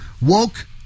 woke